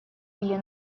или